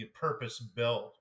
purpose-built